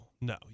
no